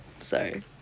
sorry